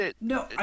no